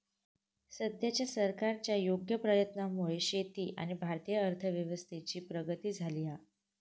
सद्याच्या सरकारच्या योग्य प्रयत्नांमुळे शेती आणि भारतीय अर्थव्यवस्थेची प्रगती झाली हा